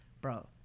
Bro